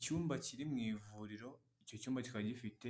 Icyumba kiri mu ivuriro, icyo cyumba kikari gifite